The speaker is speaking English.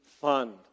fund